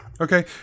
Okay